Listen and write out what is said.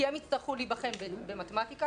כי הם יצטרכו להיבחן במתמטיקה,